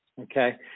okay